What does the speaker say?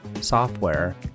software